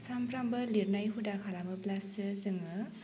सानफ्रामबो लिरनाय हुदा खालामोब्लासो जोङो